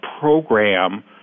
program